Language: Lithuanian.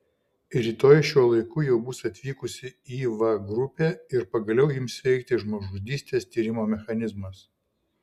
rytoj šiuo laiku jau bus atvykusi įva grupė ir pagaliau ims veikti žmogžudystės tyrimo mechanizmas